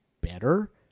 better